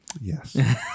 Yes